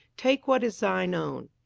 take what is thine own.